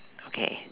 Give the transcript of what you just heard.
okay